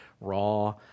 raw